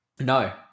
No